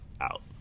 out